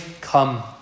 come